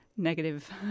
negative